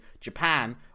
Japan